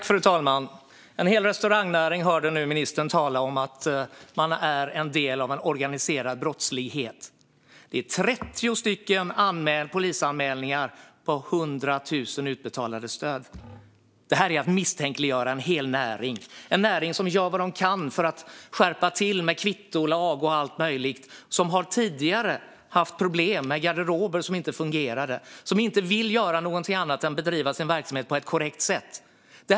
Fru talman! En hel restaurangnäring hörde nu ministern tala om att de är en del av en organiserad brottslighet. Det har gjorts 30 polisanmälningar på 100 000 utbetalade stöd. Det här är att misstänkliggöra en hel näring. Det är en näring som gör vad den kan med skärpningar av kvittolag och allt möjligt. Det är en näring som tidigare har haft problem med garderober som inte fungerar. De vill inte något annat än bedriva sin verksamhet på ett korrekt sätt.